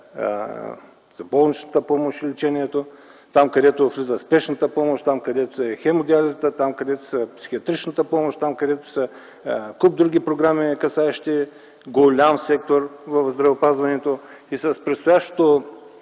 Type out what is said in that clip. за болничната помощ и лечението, там където влиза спешната помощ, там където е хемодиализата, там където са психиатричната помощ, там където са куп други програми, касаещи голям сектор в здравеопазването. С предстоящото